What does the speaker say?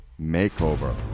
Makeover